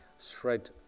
shred